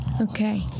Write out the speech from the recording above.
okay